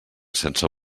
sense